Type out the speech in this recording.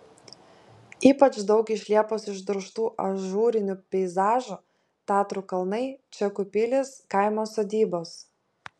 ypač daug iš liepos išdrožtų ažūrinių peizažų tatrų kalnai čekų pilys kaimo sodybos